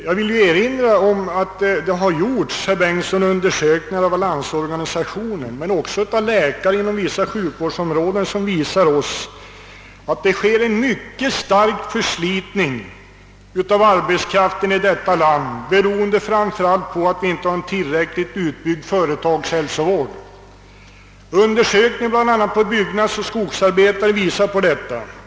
Jag vill erinra om att det gjorts, herr Bengtsson, undersökningar av landsorganisationen men också av läkare inom vissa sjukvårdsområden som ger vid handen att det sker en mycket stark förslitning av arbetskraft i detta land, beroende framför allt på att vi inte har en tillräckligt utbyggd företagshälsovård. Undersökningar bl.a. av byggnadsoch skogsarbetare visar detta.